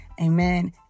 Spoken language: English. amen